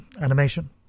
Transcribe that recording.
animation